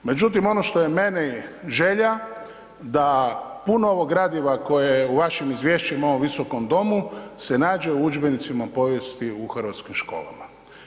Međutim, ono što je meni želja, da puno ovog gradiva koje je u vašem izvješću u ovom Visokom domu, se nađe u udžbenicima povijesti u hrvatskim školama.